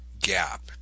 gap